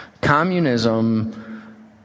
Communism